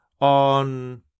on